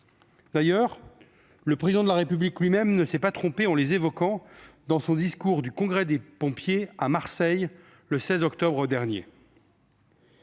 réciproques - le Président de la République ne s'est pas trompé en les évoquant dans son discours lors du congrès des pompiers à Marseille, le 16 octobre dernier.